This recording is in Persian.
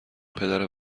پدر